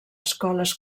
escoles